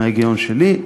מההיגיון שלי,